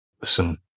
listen